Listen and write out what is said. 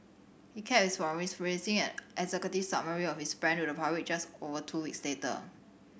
he kept his promise releasing an executive summary of his plan to the public just over two weeks later